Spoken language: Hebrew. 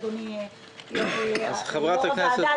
אדוני יו"ר הוועדה,